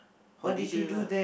holiday lah